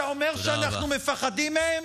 אתה אומר שאנחנו מפחדים מהם?